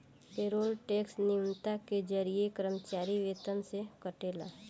payroll tax न्योता के जरिए कर्मचारी वेतन से कटेला